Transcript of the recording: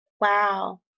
Wow